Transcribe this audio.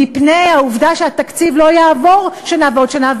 מפני העובדה שהתקציב לא יעבור שנה ועוד שנה,